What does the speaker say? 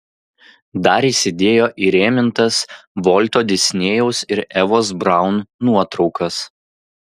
dar įsidėjo įrėmintas volto disnėjaus ir evos braun nuotraukas